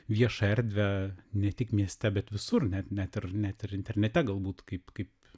viešą erdvę ne tik mieste bet visur net net ir net ir internete galbūt kaip kaip